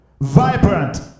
Vibrant